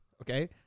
okay